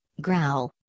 growl